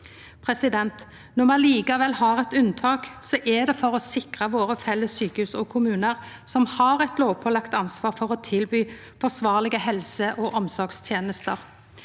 tilsett. Når me likevel har eit unntak, er det for å sikra dei felles sjukehusa og kommunane våre, som har eit lovpålagt ansvar for å tilby forsvarlege helse- og omsorgstenester.